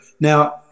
Now